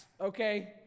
okay